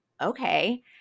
okay